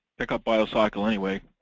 pick up biocycle anyway,